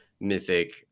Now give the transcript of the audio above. Mythic